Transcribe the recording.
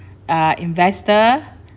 ah investor